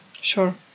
Sure